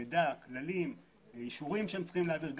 מידע, כללים, אישורים שהחברה צריכה להעביר.